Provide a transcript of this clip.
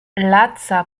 laca